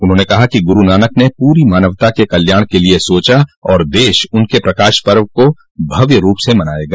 उन्होंने कहा कि गुरु नानक ने पूरी मानवता के कल्याण के लिए सोचा और देश उनके प्रकाश पर्व को भव्य रूप से मनाएगा